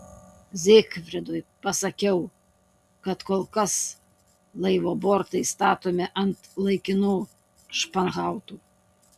zygfridui pasakiau kad kol kas laivo bortai statomi ant laikinų španhautų